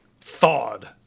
Thawed